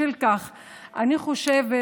בשל כך אני חושבת